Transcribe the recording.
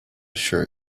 shirt